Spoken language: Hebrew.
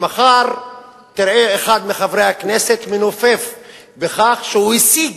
ומחר תראה אחד מחברי הכנסת מנופף בכך שהוא השיג,